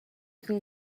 can